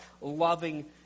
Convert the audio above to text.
loving